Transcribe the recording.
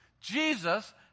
Jesus